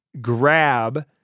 grab